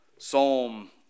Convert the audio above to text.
Psalm